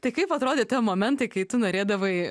tai kaip atrodė tie momentai kai tu norėdavai